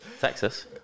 Texas